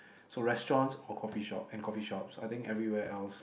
so restaurants or coffee shop and coffee shops I think everywhere else